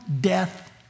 death